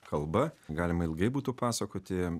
kalba galima ilgai būtų pasakoti